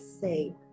say